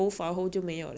oh my god